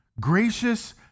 gracious